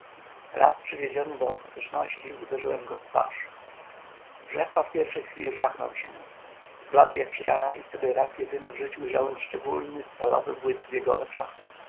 raz przywiedziony do ostateczności uderzyłem go w twarz brzechwa w pierwszej chwili żachnął się zbladł jak ściana i wtedy raz jedyny w życiu ujrzałem szczególny stalowy błysk w jego oczach